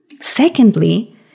Secondly